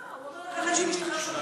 לא, הוא אומר על אחד שמשתחרר ממילואים.